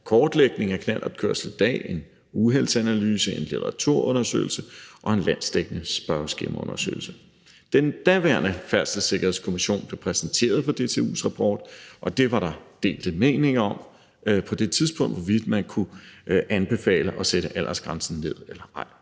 kortlægning af knallertkørslen, en uheldsanalyse, en litteraturundersøgelse og en landsdækkende spørgeskemaundersøgelse. Den daværende Færdselssikkerhedskommission blev præsenteret for DTU's rapport, og der var på det tidspunkt delte meninger om, hvorvidt man kunne anbefale at sætte aldersgrænsen ned eller ej.